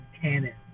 canon